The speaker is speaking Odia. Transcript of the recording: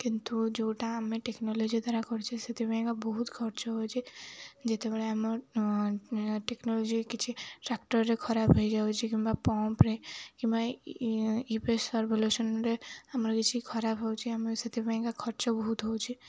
କିନ୍ତୁ ଯୋଉଟା ଆମେ ଟେକ୍ନୋଲୋଜି ଦ୍ୱାରା କରିଛେ ସେଥିପାଇଁକା ବହୁତ ଖର୍ଚ୍ଚ ହେଉଛି ଯେତେବେଳେ ଆମର ଟେକ୍ନୋଲୋଜି କିଛି ଟ୍ରାକ୍ଟର୍ରେ ଖରାପ୍ ହେଇଯାଉଛି କିମ୍ବା ପମ୍ପ୍ରେ କିମ୍ବା ସର୍ବଲାନ୍ସରେ ଆମର କିଛି ଖରାପ୍ ହେଉଛି ଆମେ ସେଥିପାଇଁକା ଖର୍ଚ୍ଚ ବହୁତ ହେଉଛି